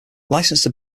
licensed